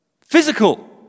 physical